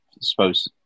suppose